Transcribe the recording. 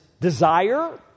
desire